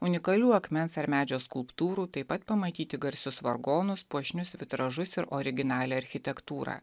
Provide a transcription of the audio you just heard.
unikalių akmens ar medžio skulptūrų taip pat pamatyti garsius vargonus puošnius vitražus ir originalią architektūrą